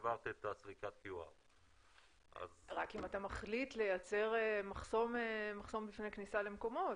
עברת סריקת QR. רק אם אתה מחליט לייצר מחסום בפני כניסה למקומות.